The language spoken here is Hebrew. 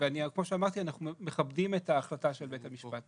כמו שאמרתי, אנחנו מכבדים את ההחלטה של בית המשפט.